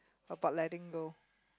about letting go